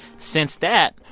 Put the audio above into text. since that,